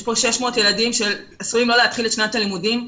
יש פה 600 ילדים שעשויים לא להתחיל את שנת הלימודים,